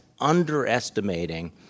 underestimating